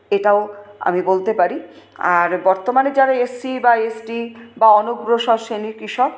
এটাও আমি বলতে পারি আর বর্তমানে যারা এসসি বা এসটি বা অনগ্রসর শ্রেনীর কৃষক